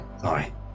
Sorry